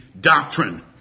doctrine